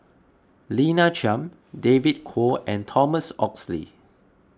Lina Chiam David Kwo and Thomas Oxley